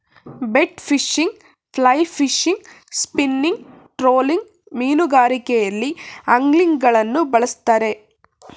bait fishing, fly fishing, spinning, trolling ಮೀನುಗಾರಿಕೆಯಲ್ಲಿ ಅಂಗ್ಲಿಂಗ್ಗಳನ್ನು ಬಳ್ಸತ್ತರೆ